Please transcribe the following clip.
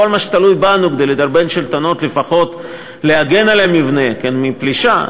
כל מה שתלוי בנו כדי לדרבן שלטונות לפחות להגן על מבנה מפלישה,